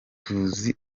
tuzi